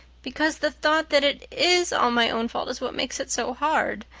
because the thought that it is all my own fault is what makes it so hard.